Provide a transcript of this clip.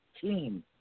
team